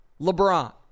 LeBron